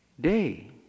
day